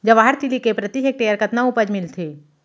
जवाहर तिलि के प्रति हेक्टेयर कतना उपज मिलथे?